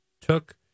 took